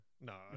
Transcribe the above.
No